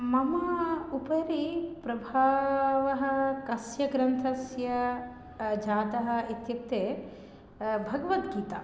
मम उपरि प्रभावः कस्य ग्रन्थस्य जातः इत्युक्ते भगवद्गीता